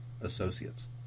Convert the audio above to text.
Associates